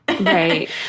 Right